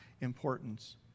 importance